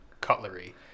cutlery